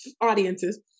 audiences